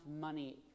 money